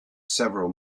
several